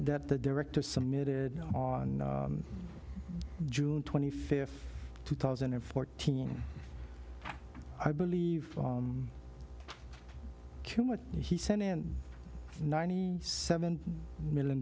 that the director submitted on june twenty fifth two thousand and fourteen i believe he sent in ninety seven million